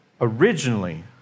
originally